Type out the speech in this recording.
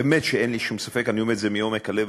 באמת שאין לי שום ספק, אני אומר את זה מעומק הלב.